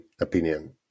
opinion